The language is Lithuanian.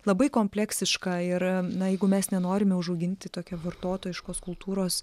labai kompleksiška ir na jeigu mes nenorime užauginti tokia vartotojiškos kultūros